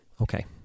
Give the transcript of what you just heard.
Okay